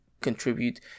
contribute